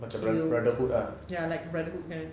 macam brother~ brotherhood lah